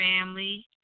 family